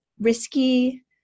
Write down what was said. risky